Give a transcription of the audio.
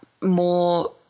more